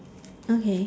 okay